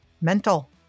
mental